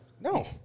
No